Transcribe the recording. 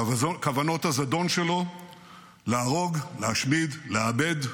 כוונות הזדון שלו הן להרוג, להשמיד, לאבד,